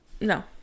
no